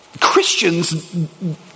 Christians